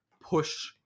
push